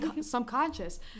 subconscious